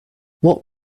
what